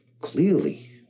Clearly